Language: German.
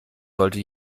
sollte